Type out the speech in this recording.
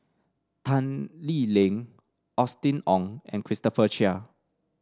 Tan Lee Leng Austen Ong and Christopher Chia